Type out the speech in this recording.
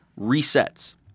resets